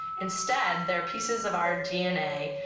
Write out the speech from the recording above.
instead, they're pieces of our d n a.